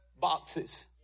boxes